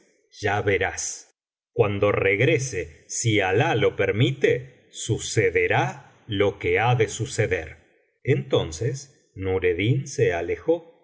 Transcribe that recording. ya verás cuando regrese si alah lo permite sucederá lo que ha de suceder entonces nureddin se alejó